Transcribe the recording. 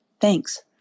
Thanks